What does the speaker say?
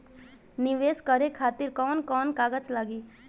नीवेश करे खातिर कवन कवन कागज लागि?